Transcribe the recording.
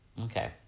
Okay